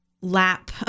lap